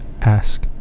Ask